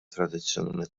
tradizzjonali